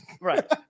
Right